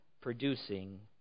producing